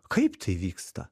kaip tai vyksta